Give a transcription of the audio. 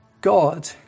God